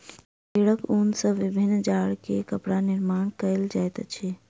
भेड़क ऊन सॅ विभिन्न जाड़ के कपड़ा निर्माण कयल जाइत अछि